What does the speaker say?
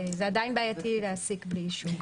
זה עדיין בעייתי להעסיק בלי אישור.